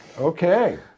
okay